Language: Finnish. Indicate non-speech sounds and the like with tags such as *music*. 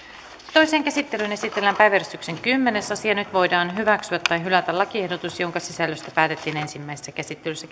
toiseen käsittelyyn esitellään päiväjärjestyksen kymmenes asia nyt voidaan hyväksyä tai hylätä lakiehdotus jonka sisällöstä päätettiin ensimmäisessä käsittelyssä *unintelligible*